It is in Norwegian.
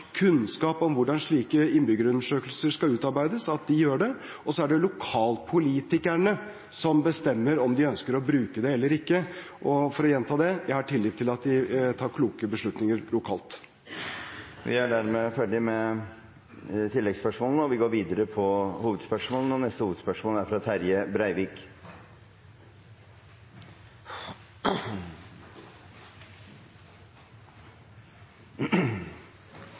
kunnskap om hvordan slike innbyggerundersøkelser skal utarbeides, gjør det. Så er det lokalpolitikerne som bestemmer om de ønsker å bruke det eller ikke. For å gjenta det: Jeg har tillit til at de tar kloke beslutninger lokalt. Vi går videre til neste hovedspørsmål. Hovudspørsmålet går til arbeidsministeren. Endringar i arbeidslivet er ikkje noko nytt. I dag er